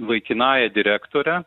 laikinąja direktore